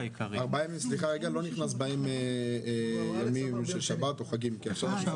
בארבעת הימים הללו נכנס חישוב של שבתות וחגים?